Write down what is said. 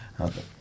Okay